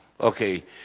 Okay